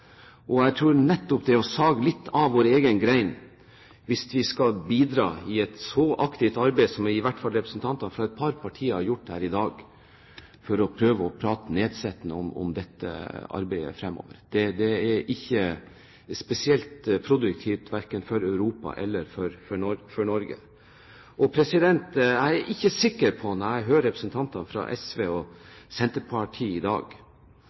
Jeg tror det er å sage litt av vår egen gren, hvis vi skal bidra i et så aktivt arbeid, å prate nedsettende om dette arbeidet fremover, som i hvert fall representanter fra et par partier har gjort her i dag. Det er ikke spesielt produktivt, verken for Europa eller for Norge. Jeg er ikke sikker på, når jeg hører representanter fra SV og Senterpartiet i dag,